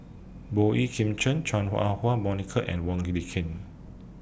Boey Kim Cheng Chua Ah Huwa Monica and Wong Ken